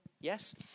Yes